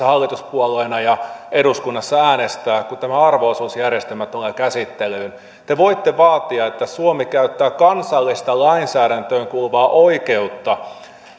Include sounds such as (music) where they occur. (unintelligible) hallituspuolueena ja eduskunnassa äänestää kun tämä arvo osuusjärjestelmä tulee käsittelyyn te voitte vaatia että suomi käyttää kansalliseen lainsäädäntöön kuuluvaa oikeutta